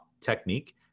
technique